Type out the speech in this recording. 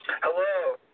Hello